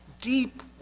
Deep